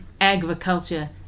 agriculture